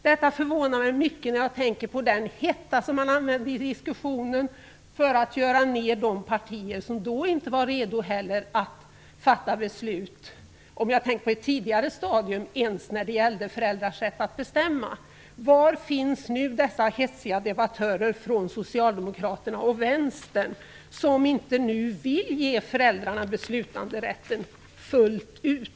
Detta förvånar mig mycket när jag tänker på den hetta som man använde i diskussionen för att så att säga göra ned de partier som då inte var redo att fatta beslut - om jag tänker på ett tidigare stadium ens när det gällde föräldrars rätt att bestämma. Var finns nu dessa hetsiga debattörer från Socialdemokraterna och Vänsterpartiet som nu inte vill ge föräldrarna beslutanderätten fullt ut?